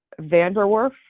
vanderwerf